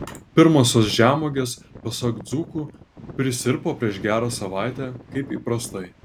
pirmosios žemuogės pasak dzūkų prisirpo prieš gerą savaitę kaip įprastai